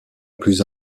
plus